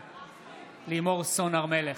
בעד לימור סון הר מלך,